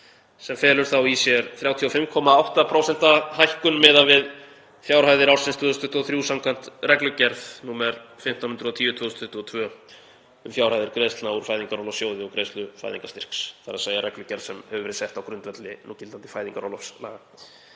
sem felur þá í sér 35,8% hækkun miðað við fjárhæðir ársins 2023 samkvæmt reglugerð nr. 1510/2022, um fjárhæðir greiðslna úr Fæðingarorlofssjóði og greiðslu fæðingarstyrks, reglugerð sem hefur verið sett á grundvelli núgildandi fæðingarorlofslaga.